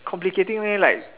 complicating leh like